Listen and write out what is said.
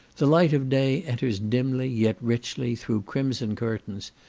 the light of day enters dimly, yet richly, through crimson curtains,